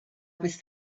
was